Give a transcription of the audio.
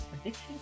addiction